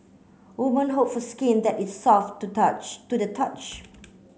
woman hope for skin that is soft to touch to the touch